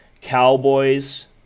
Cowboys